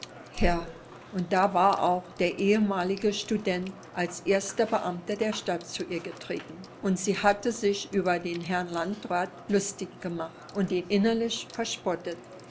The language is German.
ja und da war auch der ehemalige student als erster beamter der stadt zu ihr getreten und sie hatte sich über den herrn landrat lustig gemacht und ihn innerlich verspottet